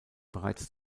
bereits